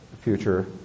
future